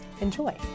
Enjoy